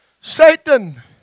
Satan